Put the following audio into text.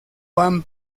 van